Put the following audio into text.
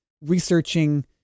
researching